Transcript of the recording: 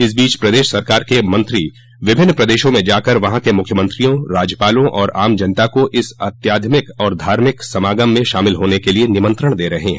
इस बीच प्रदेश सरकार के मंत्री विभिन्न प्रदेशों में जाकर वहाँ के मुख्यमंत्रियों राज्यपालों और आम जनता को इस आध्यात्मिक और धार्मिक समागम में शामिल हाने के लिए निमंत्रण दे रहे हैं